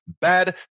bad